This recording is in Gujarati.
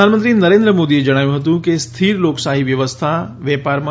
પ્રધાનમંત્રી નરેન્દ્ર મોદીએ જણાવ્યું હતું કે સ્થીર લોકશાહી વ્યવસ્થા વેપારમાં